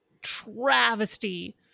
travesty